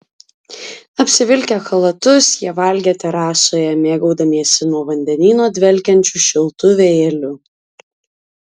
apsivilkę chalatus jie valgė terasoje mėgaudamiesi nuo vandenyno dvelkiančiu šiltu vėjeliu